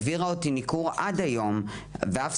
המשפחה שלי מתנכרת אלי עד היום ואפילו